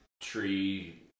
tree